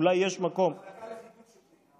אולי יש מקום, המחלקה לחיפוי שוטרים.